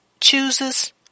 chooses